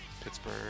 Pittsburgh